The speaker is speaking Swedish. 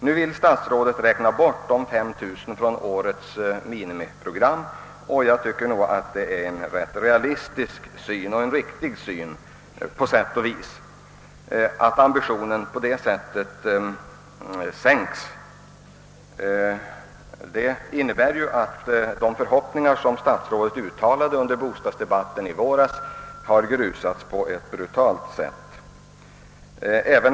Nu vill statsrådet räkna bort de 5 000 lägenheterna från fjolårets minimiprogram för igångsättningar och lägga till årets, och det tycker jag är ganska realistiskt. I dagens läge är det nog i viss mån realistiskt att på detta sätt pruta på ambitionen. Det innebär att de förhoppningar som statsrådet uttalade under bostadsdebatten i våras har grusats på ett brutalt sätt.